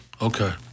Okay